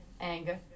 anger